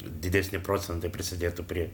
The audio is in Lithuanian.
didesni procentai prisidėtų prie